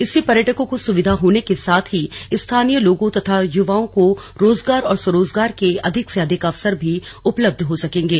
इससे पर्यटकों को सुविधा होने के साथ ही स्थानीय लोगों तथा युवाओं को रोजगार और स्वरोजगार के अधिक से अधिक अवसर भी उपलब्ध हो सकेंगे